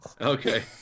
Okay